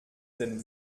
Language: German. denn